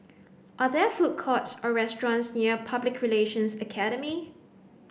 are there food courts or restaurants near Public Relations Academy